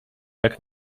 jak